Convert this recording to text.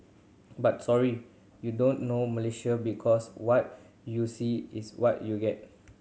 but sorry you don't know Malaysia because what you see is what you get